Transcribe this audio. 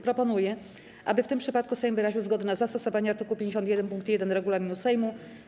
Proponuję, aby w tym przypadku Sejm wyraził zgodę na zastosowanie art. 51 pkt 1 regulaminu Sejmu.